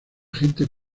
gente